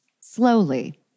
slowly